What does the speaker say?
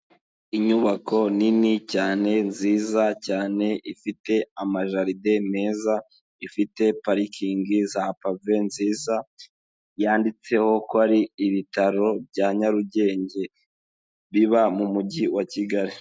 Inyubako nini cyane nziza cyane ifite amajaride meza, ifite parikingi zapave nziza yanditseho ko ari ibitaro bya nyarugenge biba mu mujyi wa kigali.